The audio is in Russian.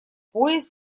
поезд